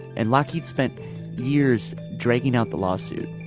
and lockheed spent years dragging out the lawsuit.